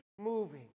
moving